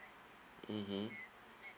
mmhmm